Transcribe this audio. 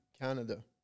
Canada